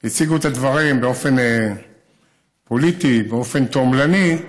הציגו את הדברים, באופן פוליטי, באופן תועמלני,